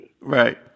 Right